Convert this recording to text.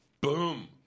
Boom